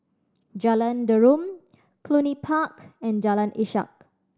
Jalan Derum Cluny Park and Jalan Ishak